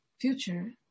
future